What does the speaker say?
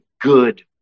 good